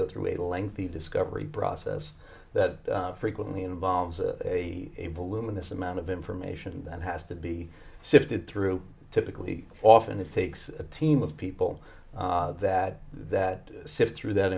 go through a lengthy discovery process that frequently involves a balloon this amount of information that has to be sifted through typically often it takes a team of people that that sift through that